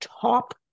top